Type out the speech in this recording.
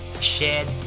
shared